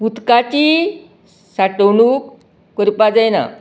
उदकाची साठोवणूक करपाक जायना